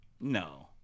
No